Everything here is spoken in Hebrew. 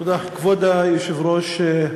כבוד היושב-ראש,